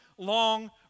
Long